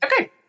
Okay